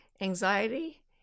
Anxiety